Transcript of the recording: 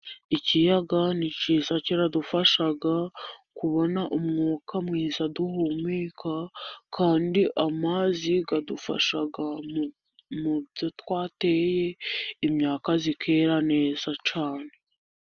Ikiyaga ni cyiza kiradufasha kubona umwuka mwiza duhumeka, kandi amazi adufasha mu byo twateye, imyaka ikera neza cyane.